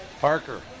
Parker